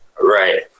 Right